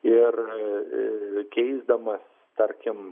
ir keisdamas tarkim